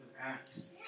Acts